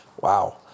Wow